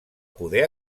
poder